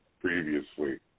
previously